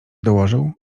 dołożył